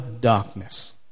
darkness